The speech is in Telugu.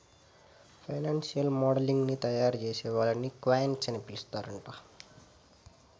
ఫైనాన్సియల్ మోడలింగ్ ని తయారుచేసే వాళ్ళని క్వాంట్స్ అని పిలుత్తరాంట